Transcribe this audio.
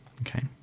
Okay